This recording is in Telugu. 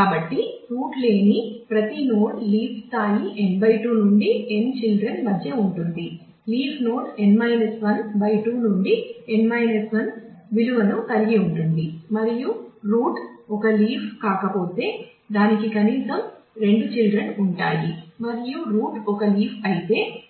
కాబట్టి రూట్ లేని ప్రతి నోడ్ లీఫ్ అయితే